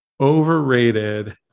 overrated